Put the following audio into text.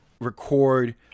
record